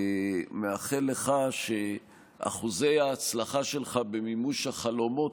מאחל לך שאחוזי ההצלחה שלך במימוש החלומות